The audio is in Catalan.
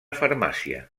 farmàcia